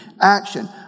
Action